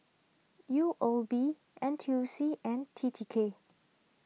U O B N T U C and T T K